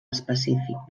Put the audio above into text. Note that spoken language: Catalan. específic